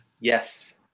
Yes